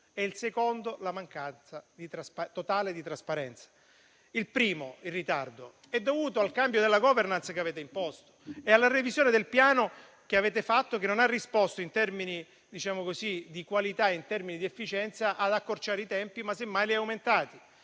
e la seconda è la mancanza totale di trasparenza. Il ritardo è dovuto al cambio della *governance* che avete imposto e alla revisione del Piano che avete fatto e che non ha risposto in termini di qualità e di efficienza ad accorciare i tempi, ma semmai li ha aumentati.